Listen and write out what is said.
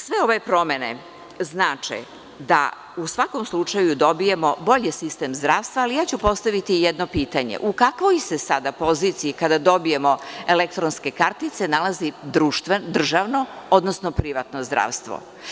Sve ove promene znače da u svakom slučaju dobijamo bolji sistem zdravstva, ali ja ću postaviti i jedno pitanje, u kakvoj se sada poziciji kada dobijemo elektronske kartice, nalazi državno, odnosno privatno zdravstvo?